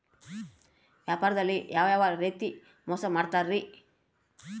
ವ್ಯಾಪಾರದಲ್ಲಿ ಯಾವ್ಯಾವ ರೇತಿ ಮೋಸ ಮಾಡ್ತಾರ್ರಿ?